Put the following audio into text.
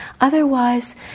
Otherwise